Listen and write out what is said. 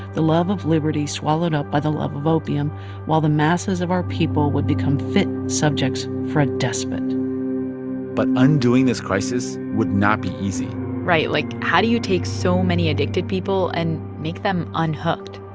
the love of liberty swallowed up by the love of opium while the masses of our people would become fit subjects for a despot but undoing this crisis would not be easy right. like, how do you take so many addicted people and make them unhooked?